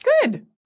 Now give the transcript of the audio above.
Good